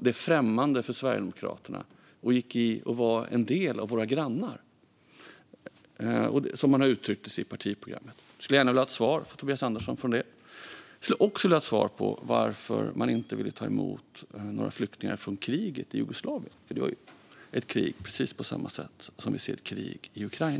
det främmande för Sverigedemokraterna - och blev en del av våra grannar - som det uttrycks i partiprogrammet. Jag skulle gärna vilja ha ett svar från Tobias Andersson på det. Jag skulle också vilja ha svar på varför man inte ville ta emot några flyktingar från kriget i Jugoslavien. Det var ett krig på samma sätt som det som vi ser i Ukraina.